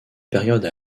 période